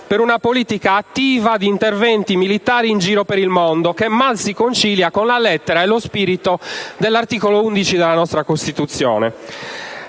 per una politica attiva di interventi militari in giro per il mondo, che mal si concilia con la lettera e lo spirito dell'articolo 11 della nostra Costituzione.